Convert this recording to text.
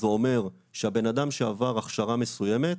זה אומר שהבן אדם שעבר הכשרה מסוימת,